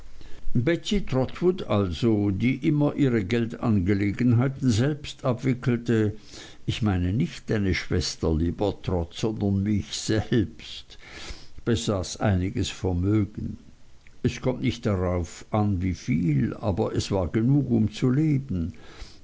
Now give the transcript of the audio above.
also die immer ihre geldangelegenheiten selbst abwickelte ich meine nicht deine schwester lieber trot sondern mich selbst besaß einiges vermögen es kommt nicht darauf an wieviel aber es war genug um zu leben